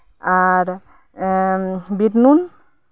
ᱟᱨ ᱵᱤᱴᱱᱩᱱ